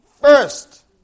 first